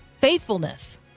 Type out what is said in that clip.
faithfulness